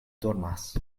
dormas